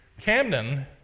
Camden